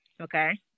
Okay